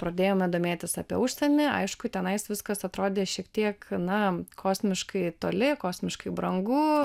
pradėjome domėtis apie užsienį aišku tenai viskas atrodė šiek tiek na kosmiškai toli kosmiškai brangu